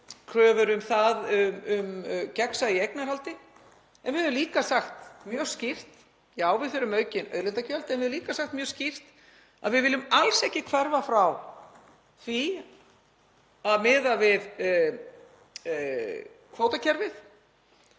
kröfur um gegnsæi í eignarhaldi. Við höfum líka sagt mjög skýrt: Já, við þurfum aukin auðlindagjöld. En við höfum líka sagt mjög skýrt að við viljum alls ekki hverfa frá því að miða við kvótakerfið,